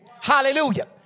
Hallelujah